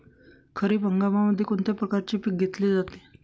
खरीप हंगामामध्ये कोणत्या प्रकारचे पीक घेतले जाते?